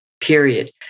period